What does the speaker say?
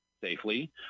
safely